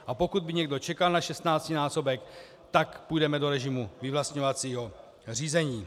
A pokud by někdo čekal na šestnáctinásobek, tak půjdeme do režimu vyvlastňovacího řízení.